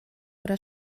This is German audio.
oder